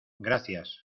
gracias